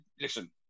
listen